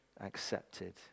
accepted